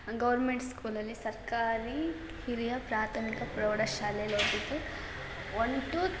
government ಸ್ಕೂಲಲ್ಲಿ ಸರ್ಕಾರಿ ಹಿರಿಯ ಪ್ರಾಥಮಿಕ ಪ್ರೌಡಶಾಲೆಲಿ ಓದಿದ್ದು ಒನ್ ಟು